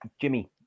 Jimmy